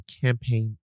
campaign